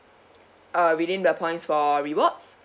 uh redeem the points for rewards